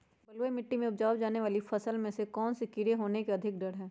बलुई मिट्टी में उपजाय जाने वाली फसल में कौन कौन से कीड़े होने के अधिक डर हैं?